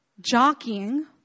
jockeying